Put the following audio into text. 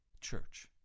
church